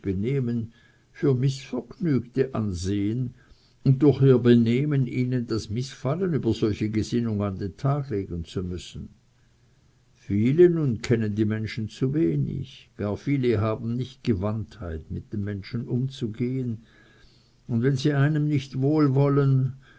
benehmen für mißvergnügte ansehen und durch ihr benehmen ihnen das mißfallen über solche gesinnung an den tag legen zu müssen viele nun kennen die menschen zu wenig gar viele haben nicht gewandtheit mit den menschen umzugehen und wenn sie einem nicht